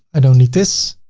i don't need this.